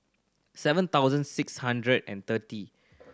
seven thousand six hundred and thirty